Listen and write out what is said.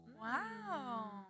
Wow